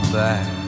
back